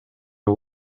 nhw